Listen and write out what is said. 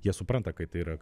jie supranta kai tai yra